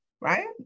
right